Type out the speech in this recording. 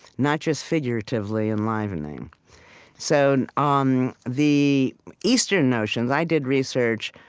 not just figuratively, enlivening so um the eastern notions i did research,